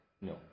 No